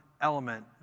element